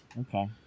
Okay